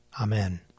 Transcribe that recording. Amen